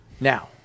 Now